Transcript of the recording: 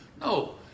No